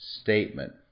statement